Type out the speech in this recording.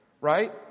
right